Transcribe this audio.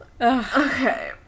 okay